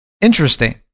interesting